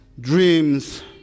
dreams